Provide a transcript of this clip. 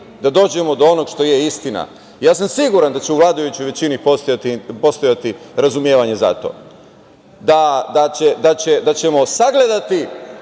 da dođemo do onog što je istina. Ja sam siguran da će u vladajućoj većini postojati razumevanje za to, da ćemo sagledati